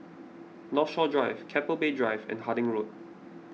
Northshore Drive Keppel Bay Drive and Harding Road